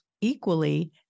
equally